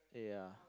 yeah